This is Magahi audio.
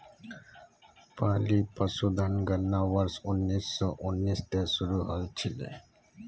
पहली पशुधन गणना वर्ष उन्नीस सौ उन्नीस त शुरू हल छिले